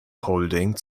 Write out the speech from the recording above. holding